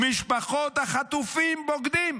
משפחות החטופים בוגדות,